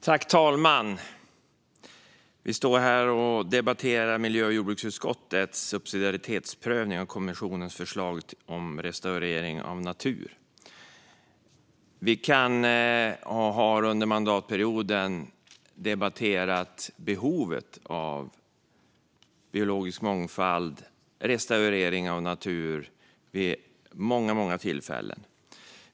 Herr talman! Vi debatterar nu miljö och jordbruksutskottets subsidiaritetsprövning av kommissionens förslag om restaurering av natur. Vi har under mandatperioden debatterat behovet av biologisk mångfald och restaurering av natur vid många tillfällen.